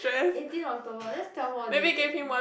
eighteen October that's twelve more days eh